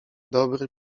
dobry